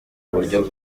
buryo